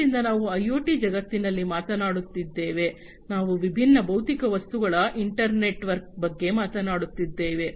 ಆದ್ದರಿಂದ ನಾವು ಐಒಟಿ ಜಗತ್ತಿನಲ್ಲಿ ಮಾತನಾಡುತ್ತಿದ್ದೇವೆ ನಾವು ವಿಭಿನ್ನ ಭೌತಿಕ ವಸ್ತುಗಳ ಇಂಟರ್ ನೆಟ್ ವರ್ಕ್ ಬಗ್ಗೆ ಮಾತನಾಡುತ್ತಿದ್ದೇವೆ